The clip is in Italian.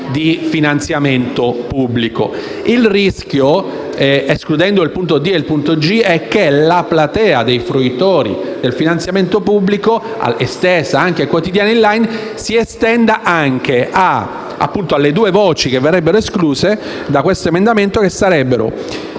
e *g)* si corre il rischio che la platea dei fruitori del finanziamento pubblico, esteso anche ai quotidiani *online*, si estenda anche alle due voci che verrebbero escluse da questo emendamento, che sarebbero